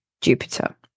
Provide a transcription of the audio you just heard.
Jupiter